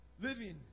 living